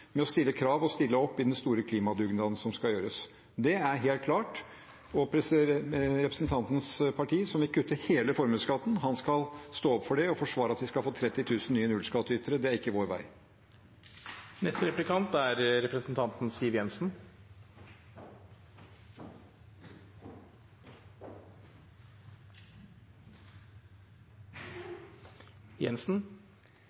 med å stille krav og stille opp i den store klimadugnaden som skal gjøres. Det er helt klart. Og representantens parti, som vil kutte hele formuesskatten, skal stå opp for det og forsvare at vi skal få 30 000 nye nullskatteytere. Det er ikke vår vei. Jeg hørte representanten